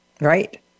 Right